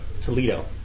Toledo